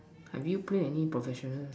have you play any professional